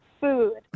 food